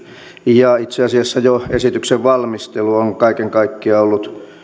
ja itse asiassa jo esityksen valmistelu on kaiken kaikkiaan ollut